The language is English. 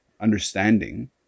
understanding